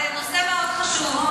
זה נושא מאוד חשוב.